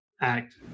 act